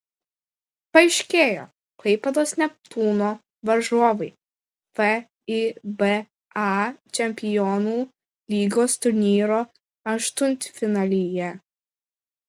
paaiškėjo klaipėdos neptūno varžovai fiba čempionų lygos turnyro aštuntfinalyje